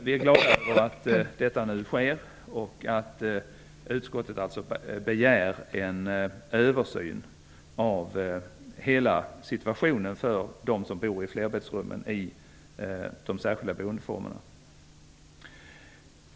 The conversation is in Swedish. Vi är glada över att utskottet nu alltså begär en översyn av hela situationen för dem som bor i flerbäddsrummen i de särskilda boendeformerna.